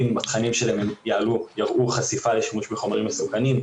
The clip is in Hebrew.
אם התכנים שלהם יראו חשיפה לשימוש בחומרים מסוכנים,